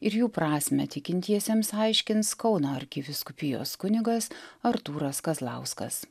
ir jų prasmę tikintiesiems aiškins kauno arkivyskupijos kunigas artūras kazlauskas